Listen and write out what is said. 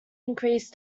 increased